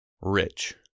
rich